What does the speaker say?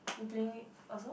you play it also